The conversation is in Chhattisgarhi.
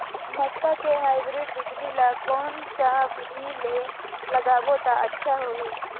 मक्का के हाईब्रिड बिजली ल कोन सा बिधी ले लगाबो त अच्छा होहि?